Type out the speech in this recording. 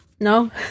No